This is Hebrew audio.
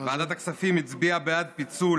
ועדת הכספים הצביעה בעד פיצול